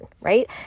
right